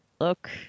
look